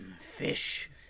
fish